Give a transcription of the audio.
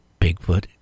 Bigfoot